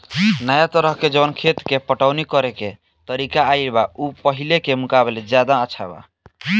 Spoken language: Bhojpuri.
नाया तरह के जवन खेत के पटवनी करेके तरीका आईल बा उ पाहिले के मुकाबले ज्यादा अच्छा बा